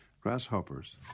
grasshoppers